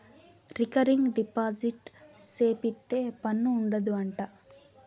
recurring deposit సేపిత్తే పన్ను ఉండదు అంట